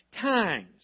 times